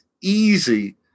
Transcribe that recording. easy